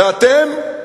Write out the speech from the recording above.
ואתם,